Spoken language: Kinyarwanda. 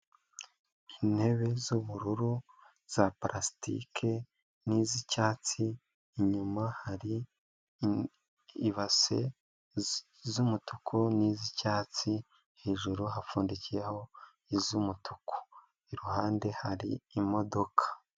Intebe z'ubururu za palastike n'iz'icyatsi, inyuma hari ibase z'umutuku n'iz'icyatsi, hejuru hapfundikiyeho iz'umutuku iruhande hari imodoka.